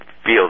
Feel